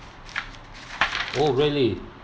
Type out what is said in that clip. oh really